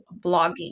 blogging